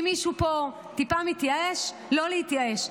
אם מישהו פה טיפה מתייאש, לא להתייאש.